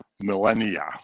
millennia